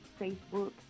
Facebook